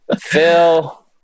Phil